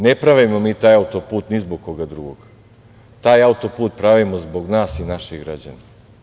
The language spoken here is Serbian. Ne pravimo mi taj auto-put ni zbog koda drugog, taj auto-put pravimo zbog nas i naših građana.